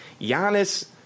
Giannis